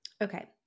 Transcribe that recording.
Okay